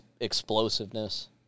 explosiveness